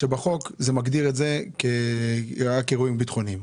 שבחוק זה מגדיר את זה רק אירועים ביטחוניים,